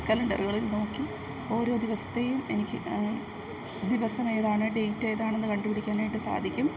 കലണ്ടറുകളിൽ നോക്കി ഓരോ ദിവസത്തെയും എനിക്ക് ദിവസമേതാണ് ഡേറ്റ് ഏതാണെന്ന് കണ്ടുപിടിക്കാനായിട്ട് സാധിക്കും